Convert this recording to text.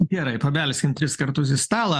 gerai pabelskim tris kartus į stalą